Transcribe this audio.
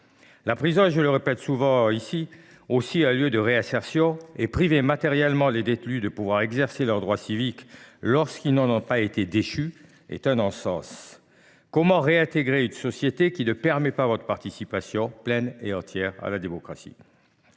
La prison, je le répète souvent ici, est aussi un lieu de réinsertion. Or priver matériellement les détenus de pouvoir exercer leurs droits civiques lorsqu’ils n’en ont pas été privés est un non sens. Comment réintégrer une société qui ne permet pas votre participation pleine et entière à la démocratie ?